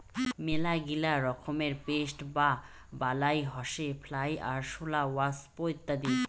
মেলাগিলা রকমের পেস্ট বা বালাই হসে ফ্লাই, আরশোলা, ওয়াস্প ইত্যাদি